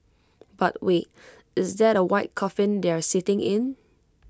but wait is that A white coffin they are sitting in